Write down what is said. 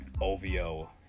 OVO